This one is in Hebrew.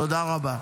תודה רבה.